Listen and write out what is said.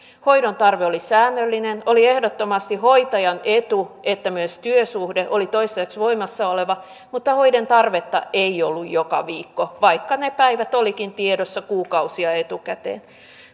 hoidon tarve oli säännöllinen ja oli ehdottomasti hoitajan etu että myös työsuhde oli toistaiseksi voimassa oleva mutta hoidon tarvetta ei ollut joka viikko vaikka ne päivät olivatkin tiedossa kuukausia etukäteen